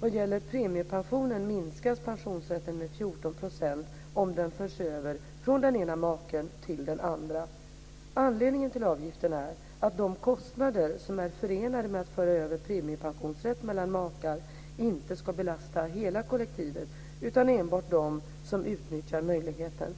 Vad gäller premiepensionen minskas pensionsrätten med 14 % om den förs över från den ena maken till den andra. Anledningen till avgiften är att de kostnader som är förenade med att föra över premiepensionsrätt mellan makar inte ska belasta hela kollektivet utan enbart de som utnyttjar möjligheten.